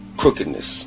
crookedness